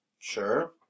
Sure